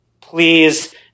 please